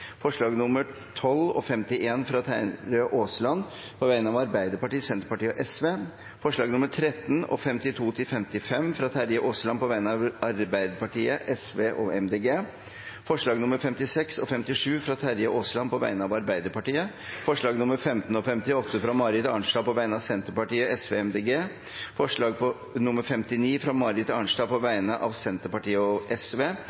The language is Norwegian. forslag. Det er forslagene nr. 1–11, 49 og 50, fra Terje Aasland på vegne av Arbeiderpartiet, Senterpartiet, Sosialistisk Venstreparti og Miljøpartiet De Grønne forslagene nr. 12 og 51, fra Terje Aasland på vegne av Arbeiderpartiet, Senterpartiet og Sosialistisk Venstreparti forslagene nr. 13 og 52–55, fra Terje Aasland på vegne av Arbeiderpartiet, Sosialistisk Venstreparti og Miljøpartiet De Grønne forslagene nr. 56 og 57, fra Terje Aasland på vegne av Arbeiderpartiet forslagene nr. 15 og 58, fra Marit Arnstad på vegne